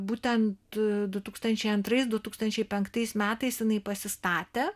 būtent du tūkstančiai antrais du tūkstančiai penktais metais jinai pasistatė